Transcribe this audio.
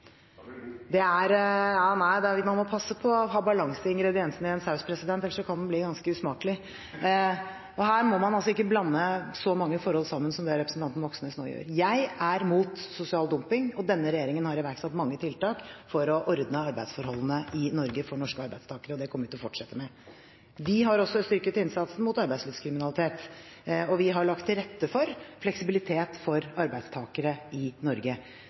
man må passe på å ha balanse i ingrediensene i en saus, ellers kan den bli ganske usmakelig, og her må man altså ikke blande så mange forhold sammen som representanten Moxnes nå gjør. Jeg er mot sosial dumping, og denne regjeringen har iverksatt mange tiltak for å ordne arbeidsforholdene i Norge for norske arbeidstakere, og det kommer vi til å fortsette med. Vi har også styrket innsatsen mot arbeidslivskriminalitet, og vi har lagt til rette for fleksibilitet for arbeidstakere i Norge.